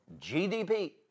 GDP